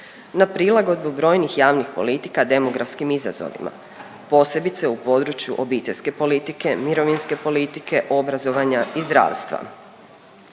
na prilagodbu brojnih javnih politika demografskim izazovima posebice u području obiteljske politike, mirovinske politike, obrazovanja i zdravstva,